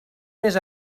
més